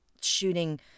shooting